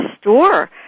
store